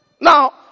Now